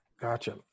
Gotcha